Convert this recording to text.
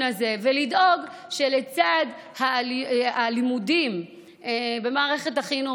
הזה ולדאוג שבלימודים במערכת החינוך,